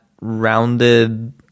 rounded